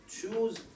choose